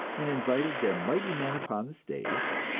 and invited their mighty men upon the stage,